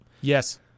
yes